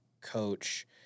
Coach